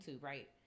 right